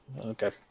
Okay